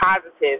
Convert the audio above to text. positive